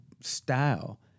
style